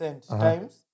times